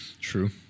true